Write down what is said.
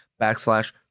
backslash